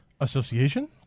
Association